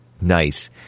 Nice